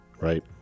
right